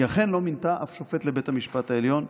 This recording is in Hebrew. היא אכן לא מינתה אף שופט לבית המשפט העליון,